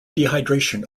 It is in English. dehydration